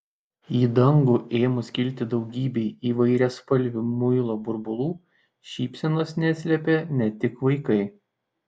į dangų ėmus kilti daugybei įvairiaspalvių muilo burbulų šypsenos neslėpė ne tik vaikai